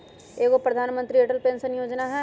एगो प्रधानमंत्री अटल पेंसन योजना है?